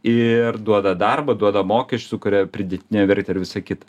ir duoda darbą duoda mokesčius sukuria pridėtinę vertę ir visa kita